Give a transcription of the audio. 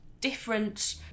different